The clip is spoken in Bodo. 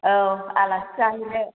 औ आलासि जाहैनो